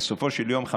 בסופו של יום,